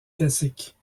classique